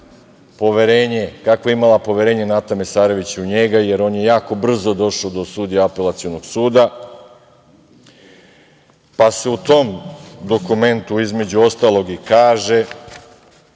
kakvo je imala poverenje Nata Mesarević u njega, jer on je jako brzo došao do sudije Apelacionog suda, pa se u tom dokumentu između ostalog u članu